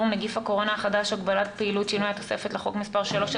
(נגיף הקורונה החדש הגבלת פעילות) (שינוי התוספת לחוק) (מספר 3),